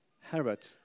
Herod